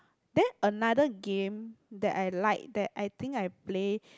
then another game that I like that I think I play